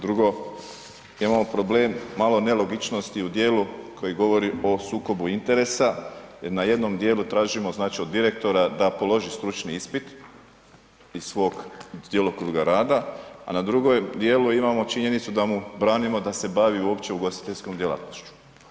Drugo, imamo problem, malo nelogičnosti u dijelu koji govori o sukobu interesa jer na jednom dijelu tražimo, znači, od direktora da položi stručni ispit iz svog djelokruga rada, a na drugom dijelu imamo činjenicu da mu branimo da se bavi uopće ugostiteljskom djelatnošću.